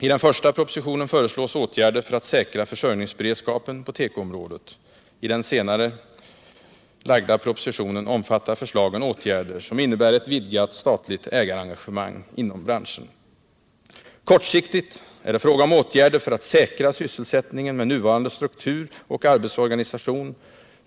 I den första propositionen föreslås åtgärder för att säkra försörjningsberedskapen på tekoområdet. I den senare propositionen omfattar förslagen åtgärder som innebär ett vidgat statligt ägarengagemang inom branschen. Kortsiktigt är det fråga om åtgärder för att säkra sysselsättningen med nuvarande struktur och arbetsorganisation.